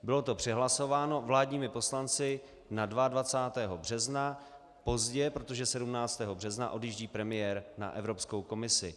Bylo to přehlasováno vládními poslanci na 22. března, pozdě, protože 17. března odjíždí premiér na Evropskou komisi.